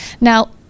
now